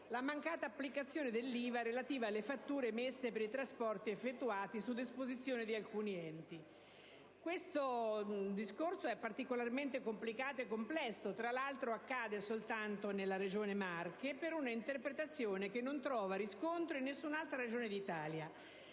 la mancata applicazione dell'IVA relativa alle fatture emesse per i trasporti effettuati su disposizione di alcuni enti. Si tratta di un discorso particolarmente complicato e complesso, tra l'altro riguardante soltanto la Regione Marche per una interpretazione che non trova riscontro in alcuna Regione d'Italia.